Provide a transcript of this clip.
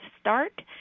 start